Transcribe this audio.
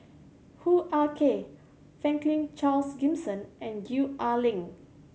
Hoo Ah Kay Franklin Charles Gimson and Gwee Ah Leng